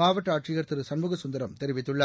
மாவட்ட ஆட்சியர் திரு சண்முகம் சுந்தரம் தெரிவித்துள்ளார்